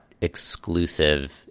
exclusive